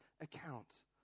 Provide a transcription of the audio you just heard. account